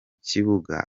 kibuga